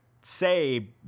say